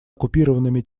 оккупированными